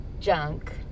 junk